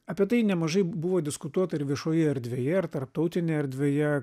apie tai nemažai buvo diskutuota ir viešoje erdvėje ir tarptautinėj erdvėje